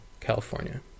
California